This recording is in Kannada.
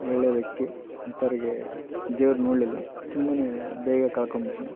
ಒಳ್ಳೆ ವ್ಯಕ್ತಿ ಅಂಥವ್ರಿಗೆ ದೇವರು ನೋಡ್ಲಿಲ್ಲ ತುಂಬನೇ ಬೇಗ ಕಳ್ಕೊಂಡು ಬಿಟ್ನ